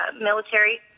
military